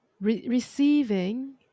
receiving